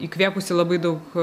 įkvėpusi labai daug